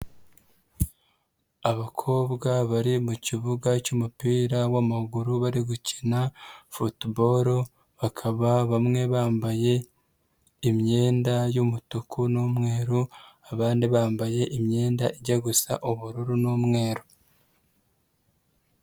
Abakobwa bari mukibuga cy'umupira wamaguru bari gukina Football, bakaba bamwe bambaye imyenda y'umutuku n'umweru, abandi bambaye imyenda ijya gusa ubururu n'umweru.